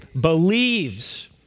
believes